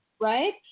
Right